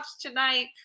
tonight